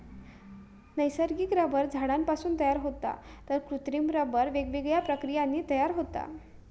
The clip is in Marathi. नैसर्गिक रबर झाडांपासून तयार होता तर कृत्रिम रबर वेगवेगळ्या प्रक्रियांनी तयार होता